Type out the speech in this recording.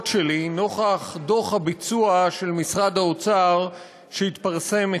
שלי נוכח דוח הביצוע של משרד האוצר שהתפרסם אתמול.